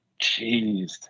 Jeez